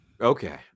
Okay